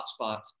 hotspots